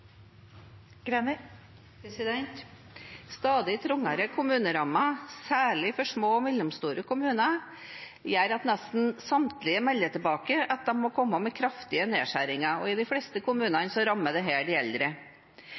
Stadig trangere kommunerammer, særlig for små og mellomstore kommuner, gjør at nesten samtlige melder tilbake at de må komme med kraftige nedskjæringer. I de fleste kommunene rammer dette de eldre.